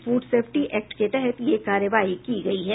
food safety act के तहत यह कार्रवाई की गई है